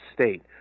state